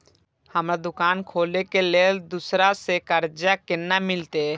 हमरा दुकान खोले के लेल दूसरा से कर्जा केना मिलते?